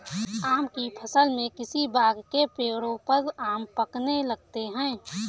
आम की फ़सल में किसी बाग़ के पेड़ों पर आम पकने लगते हैं